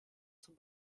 zum